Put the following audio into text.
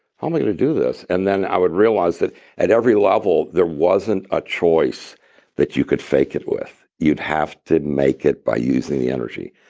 how am i going to do this? and then i would realize that at every level, there wasn't a choice that you could fake it with. you'd have to make it by using the energy.